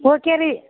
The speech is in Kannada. ಓಕೆ ರೀ